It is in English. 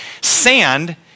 Sand